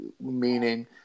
meaning